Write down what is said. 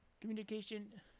Communication